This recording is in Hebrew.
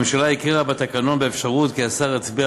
הממשלה הכירה בתקנון באפשרות שהשר יצביע